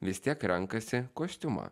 vis tiek renkasi kostiumą